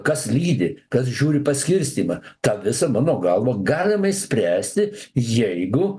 kas lydi kas žiūri paskirstymą tą visą mano galva galima išspręsti jeigu